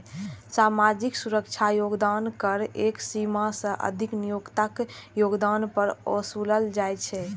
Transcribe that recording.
सामाजिक सुरक्षा योगदान कर एक सीमा सं अधिक नियोक्ताक योगदान पर ओसूलल जाइ छै